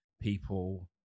people